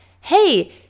hey